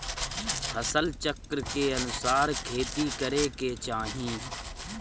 फसल चक्र के अनुसार खेती करे के चाही